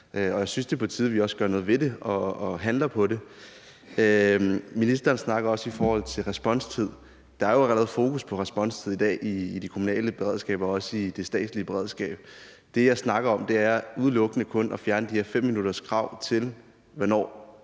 er på tide, at vi også gør noget ved det og handler på det. Ministeren snakkede også om responstid. Der er jo allerede fokus på responstid i dag i de kommunale beredskaber og også i det statslige beredskab. Det, jeg snakker om, er udelukkende at fjerne det her 5-minutterskravtil, hvornår